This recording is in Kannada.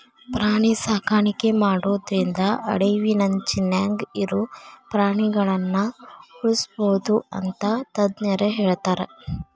ಪ್ರಾಣಿ ಸಾಕಾಣಿಕೆ ಮಾಡೋದ್ರಿಂದ ಅಳಿವಿನಂಚಿನ್ಯಾಗ ಇರೋ ಪ್ರಾಣಿಗಳನ್ನ ಉಳ್ಸ್ಬೋದು ಅಂತ ತಜ್ಞರ ಹೇಳ್ತಾರ